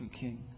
king